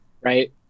Right